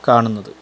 കാണുന്നത്